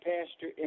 Pastor